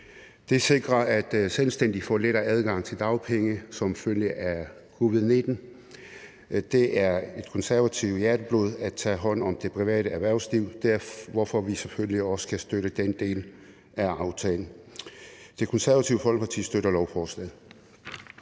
Det sikrer, at selvstændige får lettere adgang til dagpenge som følge af covid-19. Det er konservativt hjerteblod at tage hånd om det private erhvervsliv, hvorfor vi selvfølgelig også kan støtte den del af aftalen. Det Konservative Folkeparti støtter lovforslagene.